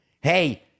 Hey